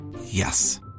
Yes